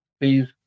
Please